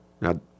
Now